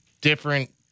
different